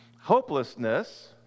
Hopelessness